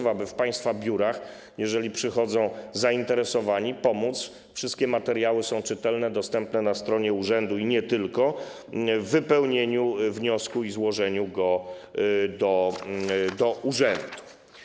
Chodzi o to, aby w państwa biurach, jeżeli przychodzą zainteresowani, pomóc - wszystkie materiały są czytelne, dostępne na stronie urzędu i nie tylko - w wypełnieniu wniosku i złożeniu go do urzędu.